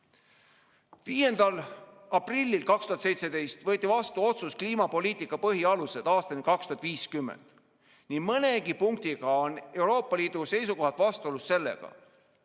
5. aprillil 2017 võeti vastu otsus "Kliimapoliitika põhialused aastani 2050". Nii mõnegi punkti poolest on Euroopa Liidu seisukohad vastuolus sellega.